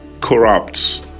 corrupts